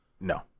No